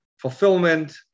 fulfillment